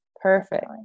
Perfect